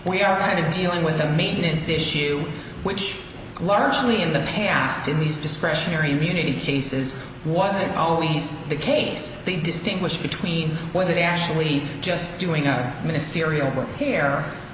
we are kind of dealing with a maintenance issue which largely in the past in these discretionary immunity cases wasn't always the case they distinguish between was it actually just doing our ministerial